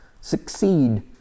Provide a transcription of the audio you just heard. Succeed